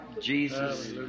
Jesus